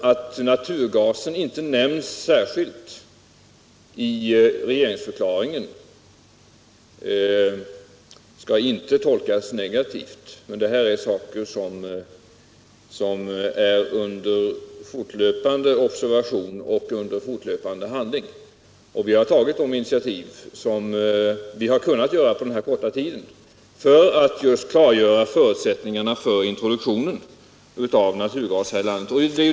Att naturgasen inte nämns särskilt i regeringsförklaringen skall inte tolkas negativt. Det är en fråga som står under fortlöpande observation och behandling. Vi har tagit de initiativ vi har kunnat under denna korta tid för att just klargöra förutsättningarna för introduktionen av naturgas här i landet.